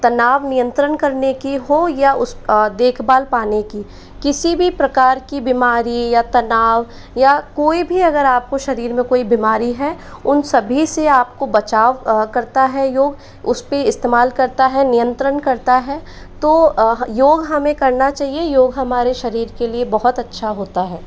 तनाव नियंत्रण करने की हो या उस देखभाल पाने की किसी भी प्रकार की बीमारी या तनाव या कोई भी अगर आपको शरीर में कोई बीमारी है उन सभी से आपको बचाव करता है योग उस पर इस्तेमाल करता है नियंत्रण करता है तो योग हमें करना चाहिए योग हमारे शरीर के लिए बहुत अच्छा होता है